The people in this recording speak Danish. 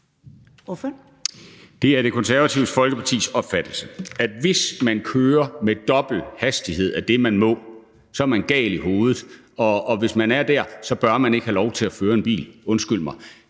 Det er Det Konservative Folkepartis opfattelse, at hvis man kører med dobbelt hastighed af det, man må, så er man gal i hovedet, og hvis man er dér, bør man ikke have lov til at føre en bil – undskyld mig.